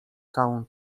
całą